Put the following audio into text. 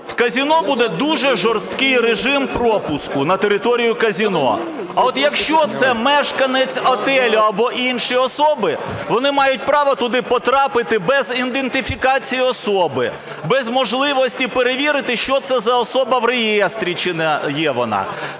в казино буде дуже жорсткий режим пропуску на територію казино. А от якщо це мешканець готелю або інші особи, вони мають право туди потрапити без ідентифікації особи, без можливості перевірити, що це за особа в реєстрі, чи є вона.